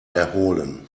erholen